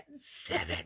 seven